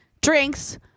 drinks